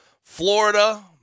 Florida